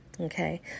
Okay